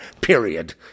period